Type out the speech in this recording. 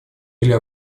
или